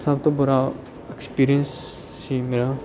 ਸਭ ਤੋਂ ਬੁਰਾ ਐਕਸਪੀਰੀਐਂਸ ਸੀ ਮੇਰਾ